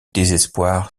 désespoir